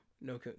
no